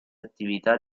attività